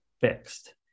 fixed